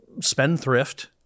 spendthrift